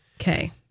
Okay